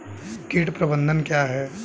कीट प्रबंधन क्या है?